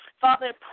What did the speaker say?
Father